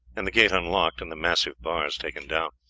and the gate unlocked and the massive bars taken down.